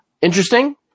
interesting